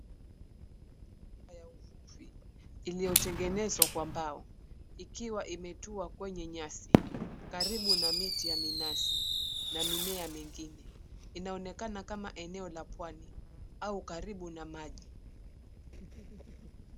Mashuwa ya uvuvi iliyotengenezwa kwa mbao ikiwa imetua kwenye nyasi karibu na miti za minazi na mimea mingine. Inaonekana kama eneo la pwani au karibu na maji.